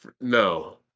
no